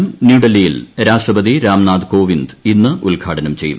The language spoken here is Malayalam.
ളനം ന്യൂഡൽഹിയിൽ രാഷ്ട്രപതി രാംനാഥ് കോവിന്ദ് ഇന്ന് ഉദ്ഘാടനം ചെയ്യും